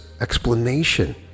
explanation